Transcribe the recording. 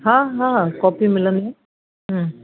हा हा कॉपी मिलंदी हम्म